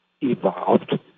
evolved